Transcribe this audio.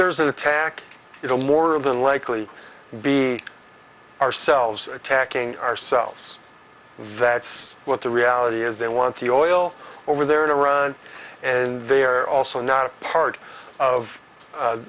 there's an attack it will more than likely be ourselves attacking ourselves that's what the reality is they want the oil over there in iran and they are also not part of